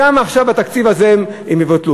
עכשיו בתקציב הזה גם הם יבוטלו.